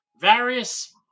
various